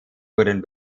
wurden